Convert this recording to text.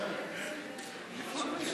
חבל,